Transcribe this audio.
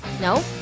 No